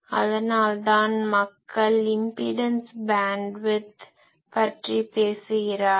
அதனால் தான் மக்கள் இம்பிடன்ஸ் பேன்ட்விட்த் impedance bandwidth மின்மறுப்பு அலைவரிசை பற்றி பேசுகிறார்கள்